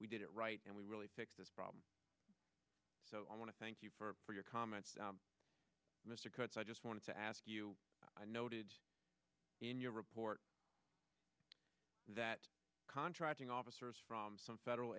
we did it right and we really fix this problem so i want to thank you for your comments mr cutts i just want to ask you i noted in your report that contracting officers from some federal